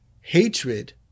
hatred